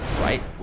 Right